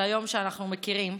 של היום, שאנחנו מכירים.